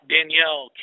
Danielle